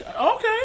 okay